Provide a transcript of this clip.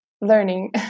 learning